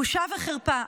בושה וחרפה.